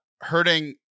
hurting